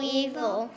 evil